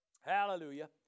Hallelujah